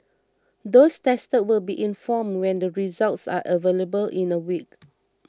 those tested will be informed when the results are available in a week